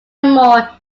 more